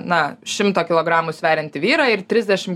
na šimto kilogramų sveriantį vyrą ir trisdešim